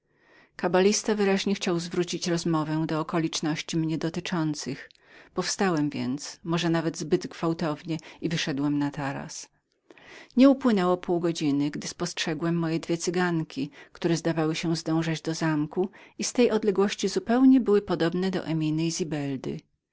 kabalista wyraźnie chciał zwrócić rozmowę do okoliczności mnie dotyczących powstałem więc może nawet zbyt gwałtownie i wyszedłem na taras nie upłynęło pół godziny gdy spostrzegłem moje dwie cyganki które zdawały się zdążać do zamku i w tej odległości zupełnie były podobnemi do